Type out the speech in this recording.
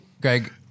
Greg—